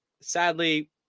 sadly